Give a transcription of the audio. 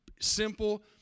simple